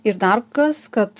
ir dar kas kad